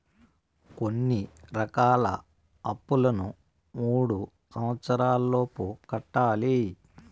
కొన్ని రకాల అప్పులను మూడు సంవచ్చరాల లోపు కట్టాలి